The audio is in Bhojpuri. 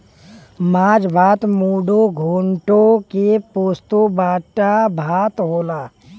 माछ भात मुडो घोन्टो के पोस्तो बाटा भात होला